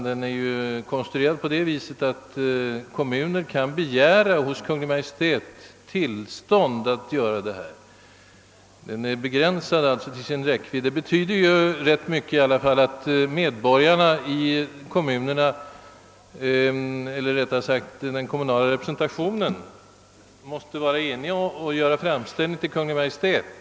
Den är ju konstruerad så att kommunerna hos Kungl. Maj:t kan begära tillstånd att fluorisera vattnet. Lagen är därmed rätt begränsad till sin räckvidd. Det betyder i alla fall rätt mycket att den kommunala representationen har obegränsat inflytande i denna fråga. Fullmäktige måste först enas om att göra en framställning till Kungl. Maj:t.